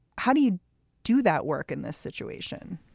how do you do that work in this situation?